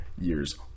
years